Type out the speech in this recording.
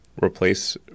replace